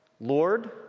Lord